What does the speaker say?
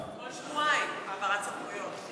זה כל שבוע, כל שבועיים העברת סמכויות.